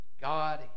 God